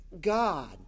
God